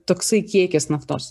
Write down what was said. toksai kiekis naftos